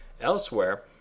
elsewhere